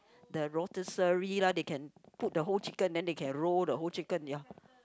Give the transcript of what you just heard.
the rotisserie lah they can put the whole chicken then they can roll the whole chicken ya